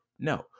No